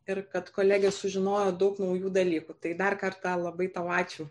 ir kad kolegės sužinojo daug naujų dalykų tai dar kartą labai tau ačiū